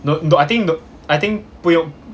no no I think I think 不用